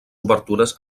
obertures